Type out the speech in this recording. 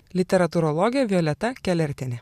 literatūrologė violeta kelertienė